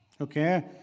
okay